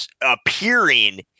appearing